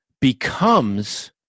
becomes